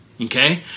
Okay